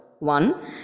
One